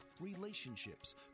relationships